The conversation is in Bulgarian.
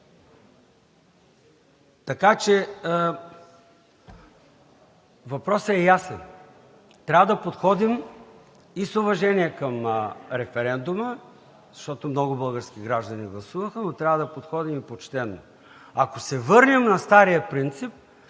евро. Въпросът е ясен, трябва да подходим и с уважение към референдума, защото много български граждани гласуваха, но трябва да подходим почтено. Ако се върнем на стария принцип,